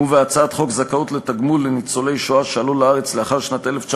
בהצעת חוק זכאות לתגמול לניצולי שואה שעלו לארץ לאחר שנת 1953,